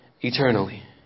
eternally